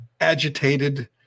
agitated